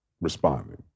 responding